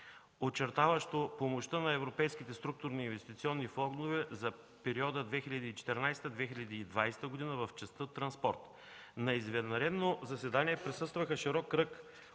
очертаващо помощта на европейските структурни и инвестиционни фондове за периода 2014-2020 г. в частта „Транспорт”. На извънредно заседание присъстваха широк кръг